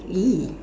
!ee!